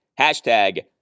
hashtag